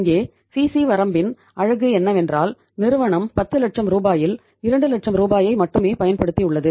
இங்கே சிசி வரம்பின் அழகு என்னவென்றால் நிறுவனம் 10 லட்சம் ரூபாயில் 2 லட்சம் ரூபாயை மட்டுமே பயன்படுத்தியுள்ளது